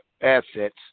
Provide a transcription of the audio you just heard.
assets